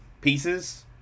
pieces